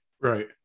Right